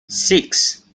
six